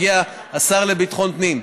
הגיע השר לביטחון הפנים.